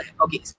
Okay